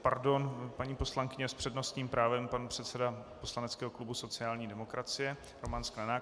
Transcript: Pardon, paní poslankyně , s přednostním právem pan předseda poslaneckého sociální demokracie Roman Sklenák.